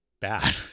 bad